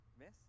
Miss